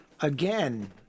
again